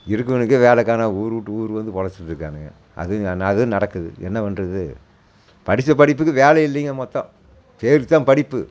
இருக்கிறவனுக்கே வேலை காணும் ஊர் விட்டு ஊர் வந்து புழச்சிட்ருக்கானுங்க அதுவும் வேணாம் அதுவும் நடக்குது என்ன பண்ணுறது படிச்ச படிப்புக்கு வேலை இல்லைங்க மொத்தம் பேருக்கு தான் படிப்பு